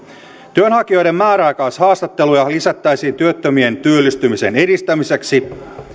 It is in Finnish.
työnhakijoiden määräaikaishaastatteluja lisättäisiin työttömien työllistymisen edistämiseksi